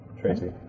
Tracy